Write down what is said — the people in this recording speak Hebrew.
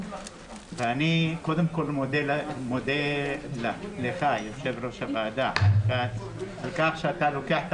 אני קודם כל מודה ליושב-ראש הוועדה על כך שאתה לוקח את